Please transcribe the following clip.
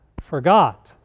forgot